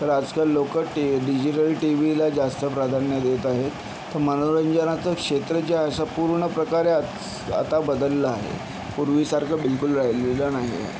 तर आजकाल लोकं टि डिजिटल टीवीला जास्त प्राधान्य देत आहेत पण मनोरंजनाचं क्षेत्र जे असं पूर्ण प्रकारे आता बदललं आहे पूर्वीसारखं बिलकुल राहिलेलं नाही आहे